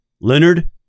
Leonard